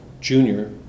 Junior